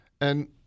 And-